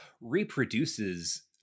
reproduces